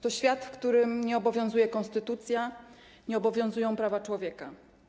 To świat, w którym nie obowiązuje konstytucja, nie obowiązują prawa człowieka.